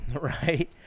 Right